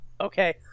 Okay